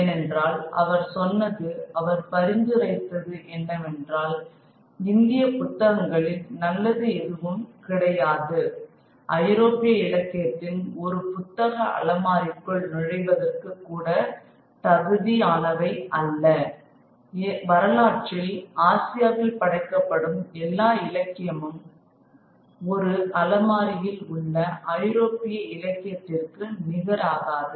ஏனென்றால் அவர் சொன்னது அவர் பரிந்துரைத்தது என்னவென்றால் இந்திய புத்தகங்களில் நல்லது எதுவும் கிடையாது ஐரோப்பிய இலக்கியத்தின் ஒரு புத்தக அலமாரிக்குள் நுழைவதற்கு கூட தகுதி ஆனவை அல்ல வரலாற்றில் ஆசியாவில் படைக்கப்படும் எல்லா இலக்கியமும் ஒரு அலமாரியில் உள்ள ஐரோப்பிய இலக்கியத்திற்கு நிகராகாது